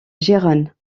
gérone